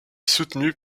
soutenue